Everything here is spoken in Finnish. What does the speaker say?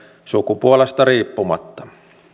sukupuolesta riippumatta